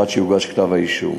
עד שיוגש כתב-האישום.